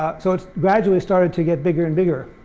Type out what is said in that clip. ah so it gradually started to get bigger and bigger.